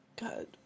God